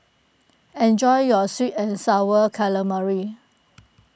enjoy your Sweet and Sour Calamari